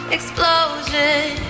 Explosion